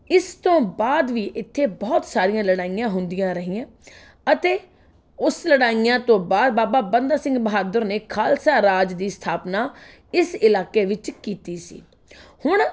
ਇਸ ਤੋਂ ਬਾਅਦ ਵੀ ਇੱਥੇ ਬਹੁਤ ਸਾਰੀਆਂ ਲੜਾਈਆਂ ਹੁੰਦੀਆਂ ਰਹੀਆਂ ਅਤੇ ਉਸ ਲੜਾਈਆਂ ਤੋਂਂ ਬਾਅਦ ਬਾਬਾ ਬੰਦਾ ਸਿੰਘ ਬਹਾਦਰ ਨੇ ਖਾਲਸਾ ਰਾਜ ਦੀ ਸਥਾਪਨਾ ਇਸ ਇਲਾਕੇ ਵਿੱਚ ਕੀਤੀ ਸੀ ਹੁਣ